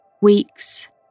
weeks